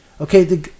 okay